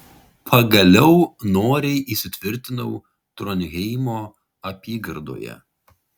pagaliau noriai įsitvirtinau tronheimo apygardoje